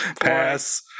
pass